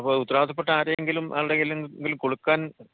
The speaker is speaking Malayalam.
അപ്പോള് ഉത്തരവാദിത്തപ്പെട്ട ആരേങ്കിലും ആരുടെയെങ്കിലും ഇതില് കൊടുക്കാൻ